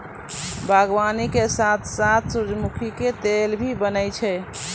बागवानी के साथॅ साथॅ सूरजमुखी के तेल भी बनै छै